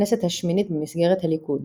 הכנסת השמינית במסגרת הליכוד